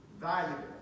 valuable